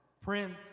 Prince